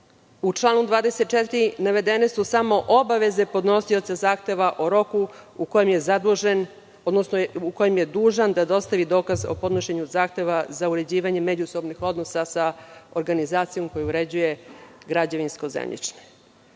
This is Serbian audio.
U članu 24. su navedene samo obaveze podnosioca zahteva o roku u kojem je dužan da dostavi dokaz o podnošenju zahteva za uređivanje međusobnih odnosa sa organizacijom koja uređuje građevinsko